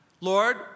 Lord